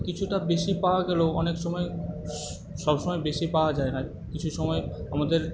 কিছুটা বেশি পাওয়া গেলেও অনেক সময় সব সময় বেশি পাওয়া যায় না কিছু সময় আমাদের